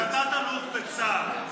אתה תת-אלוף בצה"ל.